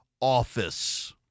office